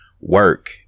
work